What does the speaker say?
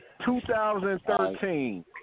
2013